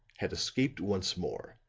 had escaped once more,